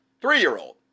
Three-year-old